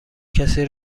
کسی